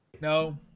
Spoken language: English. No